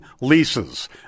leases